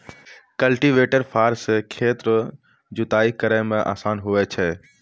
cultivator फार से खेत रो जुताइ करै मे आसान हुवै छै